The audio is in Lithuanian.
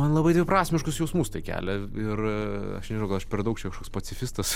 man labai dviprasmiškus jausmus tai kelia ir aš nežinau gal aš per daug čia kažkoks pacifistas